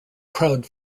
crowd